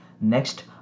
Next